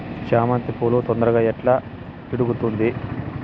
చామంతి పువ్వు తొందరగా ఎట్లా ఇడుగుతుంది?